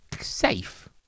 safe